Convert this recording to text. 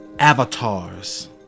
Avatars